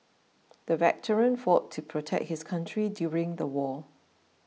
the veteran fought to protect his country during the war